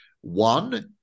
one